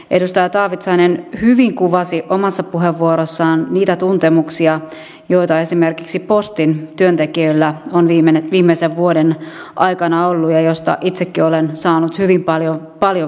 edustaja taavitsainen hyvin kuvasi omassa puheenvuorossaan niitä tuntemuksia joita esimerkiksi postin työntekijöillä on viimeisen vuoden aikana ollut ja joista itsekin olen saanut hyvin paljon viestiä